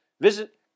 Visit